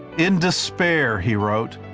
in despair, he wrote,